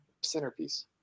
centerpiece